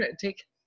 Take